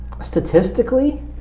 statistically